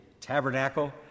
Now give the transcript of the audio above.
tabernacle